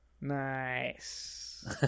Nice